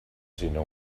sinó